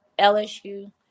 LSU